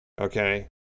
Okay